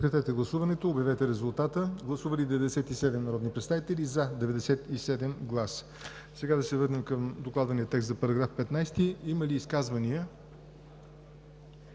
Сега да се върнем към докладвания текст за § 15. Има ли изказвания?